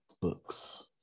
books